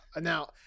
now